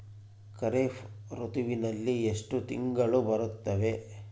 ಖಾರೇಫ್ ಋತುವಿನಲ್ಲಿ ಎಷ್ಟು ತಿಂಗಳು ಬರುತ್ತವೆ?